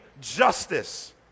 justice